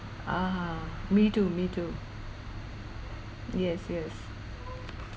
(uh huh) me too me too yes yes